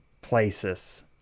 places